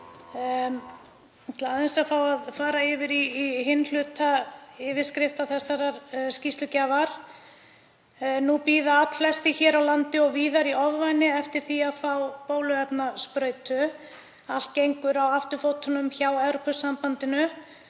að fá að fara yfir í hinn hluta yfirskriftar þessarar skýrslugjafar. Nú bíða allflestir hér á landi og víðar í ofvæni eftir því að fá bóluefnasprautu. Allt gengur á afturfótunum hjá Evrópusambandinu